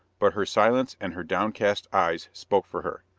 but her silence and her downcast eyes spoke for her,